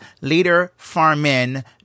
LeaderFarmin